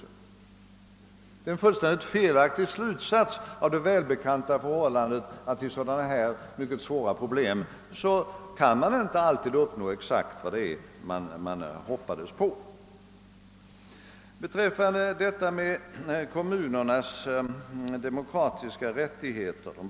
Det är en fullständigt felaktig slutsats av det välbekanta förhållandet, att man när det gäller sådana här mycket svåra problem inte alltid kan i planeringen uppnå exakt det man hade hoppats på. Jag vill sedan ta upp de berörda parternas demokratiska rättigheter.